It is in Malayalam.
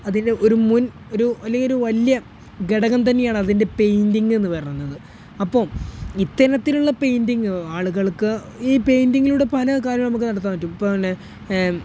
അതിൻ്റെ ഒരു മുൻ ഒരു അല്ലെങ്കിൽ ഒരു വലിയ ഘടകം തന്നെയാണ് അതിൻ്റെ പെയിൻ്റിങ്ങ് എന്നു പറയുന്നത് അപ്പം ഇത്തരത്തിലുള്ള പെയിൻ്റിങ്ങ് ആളുകൾക്ക് ഈ പെയിൻ്റിങ്ങിലൂടെ പല കാര്യങ്ങൾ നമുക്ക് നടത്താൻ പറ്റും ഇപ്പോൾത്തന്നെ